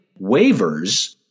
waivers